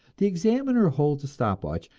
the examiner holds a stop-watch,